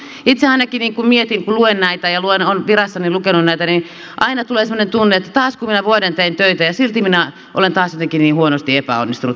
itse ainakin mietin kun luen näitä ja olen virassani lukenut näitä että aina tulee semmoinen tunne että taasko minä vuoden tein töitä ja silti minä olen taas jotenkin niin huonosti epäonnistunut täällä viranomaisessa